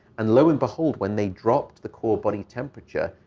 and lo and behold, when they dropped the core body temperature,